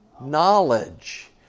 knowledge